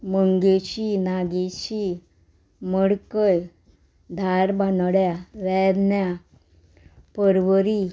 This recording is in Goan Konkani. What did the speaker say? मंगेशी नागेशी मडकय धारबानोड्या वेरन्या परवरी